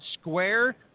Square